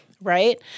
Right